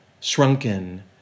shrunken